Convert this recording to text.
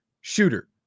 shooter